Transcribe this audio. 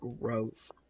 gross